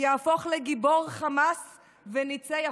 יהפוך לגיבור חמאס וניצי הפתח.